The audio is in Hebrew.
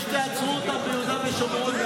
אחרי שתעצרו אותם ביהודה ושומרון,